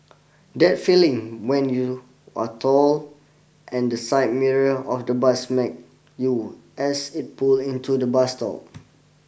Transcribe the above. that feeling when you are tall and the side mirror of the bus smack you as it pull into the bus stop